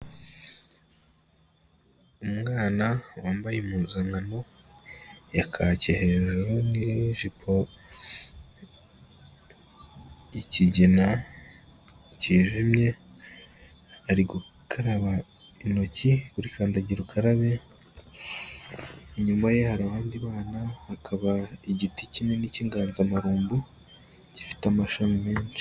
Umwana wambaye impuzankano ya kacye hejuru n'ijipo y'ikigina kijimye, ari gukaraba intoki kuri kandagira ukarabe, inyuma ye hari abandi bana, hakaba igiti kinini cy'inganzamarumbu gifite amashami menshi.